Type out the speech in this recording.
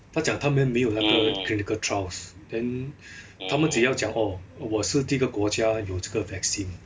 他讲他们没有那个 clinical trials then 他们怎样讲 oh 我是这个国家有这个 vaccine